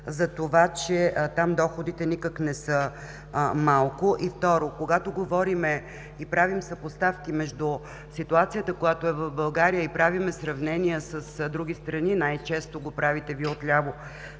от това, че там доходите никак не са малко. И второ, когато говорим и правим съпоставки между ситуацията, която е в България, и правим сравнения с други страни, най-често го правите Вие, от ляво,